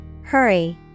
Hurry